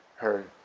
her,